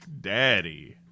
Daddy